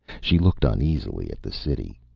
she looked uneasily at the city.